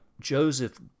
Joseph